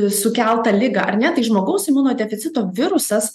sukeltą ligą ar ne tai žmogaus imunodeficito virusas